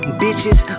bitches